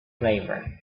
flavor